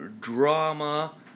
drama